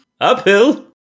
uphill